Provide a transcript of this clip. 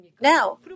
now